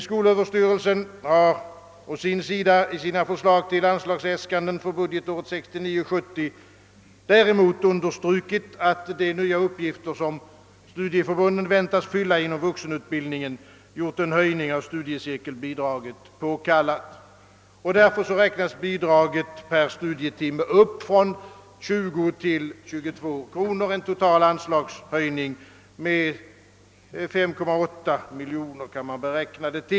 Skolöverstyrelsen har däremot i sina förslag till anslagsäskanden för budgetåret 1969/70 understrukit att de nya uppgifter, som studieförbunden väntas fylla inom vuxenutbildningen, gjort en höjning av studiecirkelbidraget påkallad. Överstyrelsen föreslår därför en ökning av bidraget per studietimme från 20 till 22 kronor, vilket innebär en total anslagshöjning med 5,8 miljoner kronor.